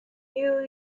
new